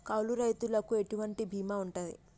కౌలు రైతులకు ఎటువంటి బీమా ఉంటది?